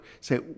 say